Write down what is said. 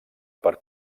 per